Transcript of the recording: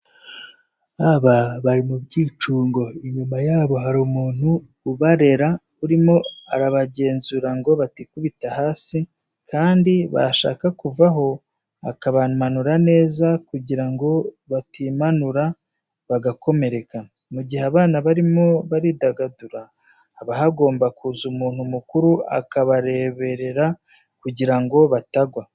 Aba bari mu byicungo, inyuma yabo hari umuntu ubarera arimo arabagenzura ngo batikubita hasi, kandi bashaka kuvaho akabamanura neza kugira ngo batimanura bagakomereka. Mu gihe abana barimo baridagadura, haba hagomba kuza umuntu mukuru akabareberera kugira ngo batagwa.